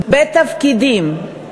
בתפקידים,